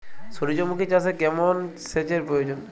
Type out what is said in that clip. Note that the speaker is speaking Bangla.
সূর্যমুখি চাষে কেমন সেচের প্রয়োজন?